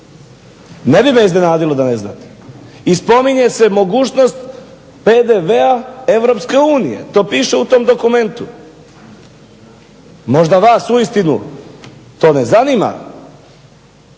Ne bi me iznenadilo da ne znate. I spominje se mogućnost PDV-a Europske unije. To piše u tom dokumentu. Možda vas uistinu to ne zanima